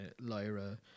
Lyra